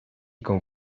con